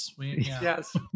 Yes